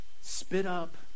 spit-up